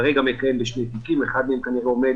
כרגע מכהן בשני תיקים, אחד מהם כנראה עומד